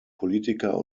politiker